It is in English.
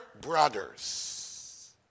brothers